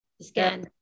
scan